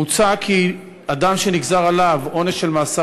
מוצע כי אדם שנגזר עליו עונש מאסר